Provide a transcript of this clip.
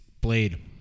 Blade